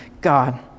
God